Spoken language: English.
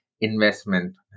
investment